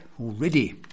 already